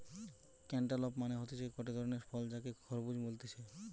cantaloupe মানে হতিছে গটে ধরণের ফল যাকে খরমুজ বলতিছে